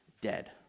dead